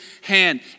hand